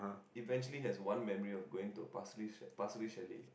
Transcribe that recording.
eventually has one memory of going to a Pasir-Ris Pasir-Ris chalet